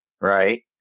right